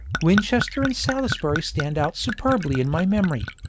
winchester and salisbury stand out superbly in my memory.